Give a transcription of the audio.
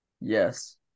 Yes